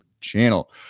channel